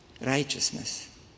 righteousness